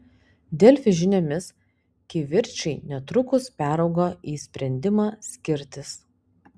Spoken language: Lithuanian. delfi žiniomis kivirčai netrukus peraugo į sprendimą skirtis